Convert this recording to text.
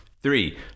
Three